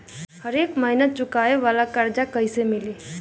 हरेक महिना चुकावे वाला कर्जा कैसे मिली?